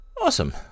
awesome